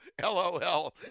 LOL